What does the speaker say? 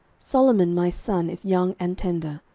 solomon my son is young and tender,